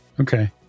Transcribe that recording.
Okay